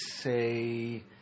say